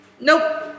Nope